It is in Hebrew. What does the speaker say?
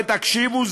ותקשיבו,